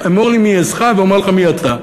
אמור לי מי עזך ואומר לך מי אתה.